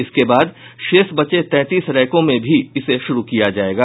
इसके बाद शेष बचे तैंतीस रैकों में भी इसे शुरू किया जाएगा